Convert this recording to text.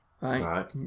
right